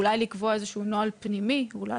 אולי לקבוע איזשהו נוהל פנימי ואולי